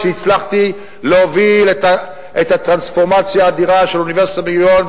שהצלחתי להוביל את הטרנספורמציה האדירה של אוניברסיטת בן-גוריון,